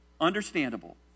Understandable